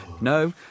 No